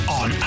on